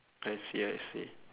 I see I see